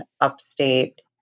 upstate